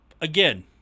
again